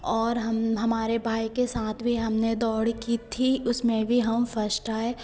और हम हमारे भाई के साथ भी हमने दौड़ की थी उसमें भी हम फर्स्ट आए